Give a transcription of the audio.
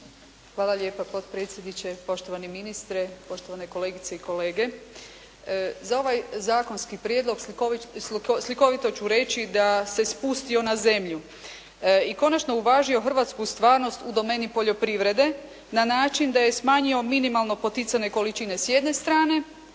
Hvala lijepa potpredsjedniče, poštovani ministre, poštovane kolegice i kolege. Za ovaj zakonski prijedlog slikovito ću reći da se "spustio na zemlju", i konačno uvažio hrvatsku stvarnost u domeni poljoprivrede na način da je smanjio minimalno poticajne količine s jedne strane